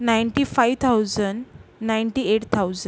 ninety five thousand ninety eight thousand